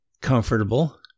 comfortable